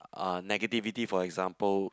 uh negativity for example